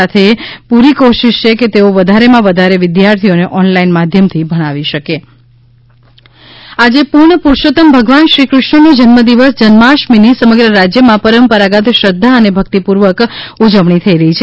સાથે અમારી પુરી કોશિશ છે કે અમો વધારેમાં વધારે વિદ્યાર્થીઓને ઓનલાઇન માધ્યમથી ભણાવી શકીએ જન્માષ્ટમી આજે પૂર્ણ પુરૂષોત્તમ ભગવાન શ્રીકૃષ્ણનો જન્મદિવસ જન્માષ્ટમીની સમગ્ર રાજ્યમાં પરંપરાગત શ્રદ્ધા અને ભક્તિપૂર્વક ઉજવણી થઈ રહી છે